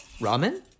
ramen